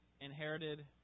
inherited